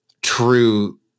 true